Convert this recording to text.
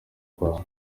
rwawe